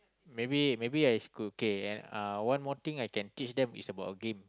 maybe maybe I school okay and uh one more thing I could teach them is about game